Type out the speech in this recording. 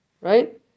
right